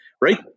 right